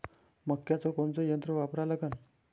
मक्याचं कोनचं यंत्र वापरा लागन?